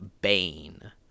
Bane